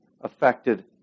affected